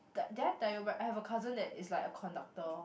di~ did I tell you but I have a cousin that is like a conductor